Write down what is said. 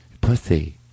Pussy